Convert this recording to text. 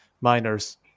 miners